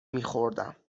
میخوردم